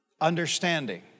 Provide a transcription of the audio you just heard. understanding